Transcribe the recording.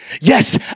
Yes